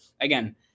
again